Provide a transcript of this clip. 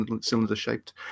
cylinder-shaped